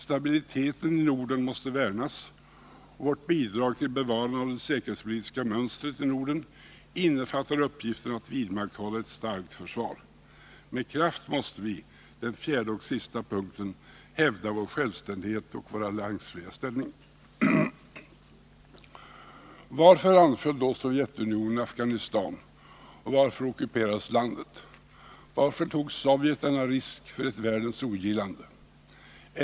Stabiliteten i Norden måste värnas, och vårt bidrag till bevarande av det säkerhetspolitiska mönstret i Norden innefattar uppgiften att vidmakthålla ett starkt försvar. Med kraft måste vi, den fjärde och sista punkten, hävda vår självständighet och vår alliansfria ställning. Varför anföll då Sovjetunionen Afghanistan och varför ockuperades landet? Varför tog Sovjet denna risk för ett världens ogillande?